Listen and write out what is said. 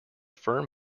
firm